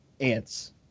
ants